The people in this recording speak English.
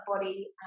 body